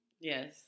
Yes